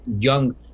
young